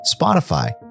Spotify